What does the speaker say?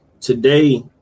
today